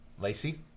Lacey